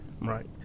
right